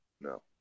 No